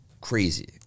crazy